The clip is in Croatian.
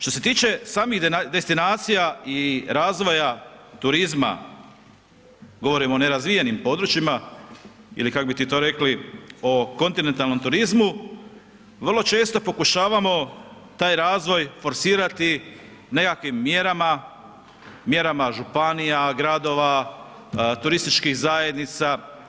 Što se tiče samih destinacija i razvoja turizma, govorimo o nerazvijenim područjima ili, kak bi ti to rekli, o kontinentalnom turizmu, vrlo često pokušavamo taj razvoj forsirati nekakvim mjerama, mjerama županija, gradova, turističkih zajednica.